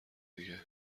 دیگه